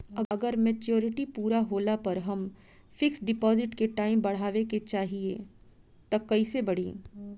अगर मेचूरिटि पूरा होला पर हम फिक्स डिपॉज़िट के टाइम बढ़ावे के चाहिए त कैसे बढ़ी?